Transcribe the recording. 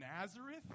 Nazareth